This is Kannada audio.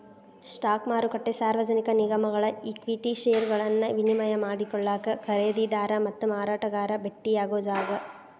ಸ್ಟಾಕ್ ಮಾರುಕಟ್ಟೆ ಸಾರ್ವಜನಿಕ ನಿಗಮಗಳ ಈಕ್ವಿಟಿ ಷೇರುಗಳನ್ನ ವಿನಿಮಯ ಮಾಡಿಕೊಳ್ಳಾಕ ಖರೇದಿದಾರ ಮತ್ತ ಮಾರಾಟಗಾರ ಭೆಟ್ಟಿಯಾಗೊ ಜಾಗ